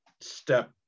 step